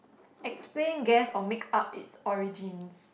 explain guess or make-up its origins